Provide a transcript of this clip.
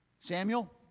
Samuel